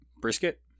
Brisket